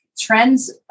trends